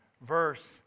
Verse